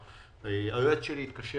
היועץ שלי התקשר